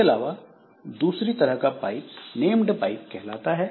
इसके अलावा दूसरी तरह का पाइप नेम्ड पाइप को कहलाता है